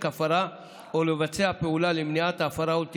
הפרה או לבצע פעולה למניעת ההפרה או לתיקונה.